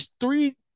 three